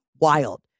wild